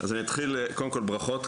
אז אני אתחיל קודם כל ברכות,